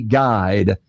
guide